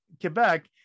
Quebec